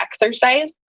exercise